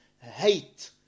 hate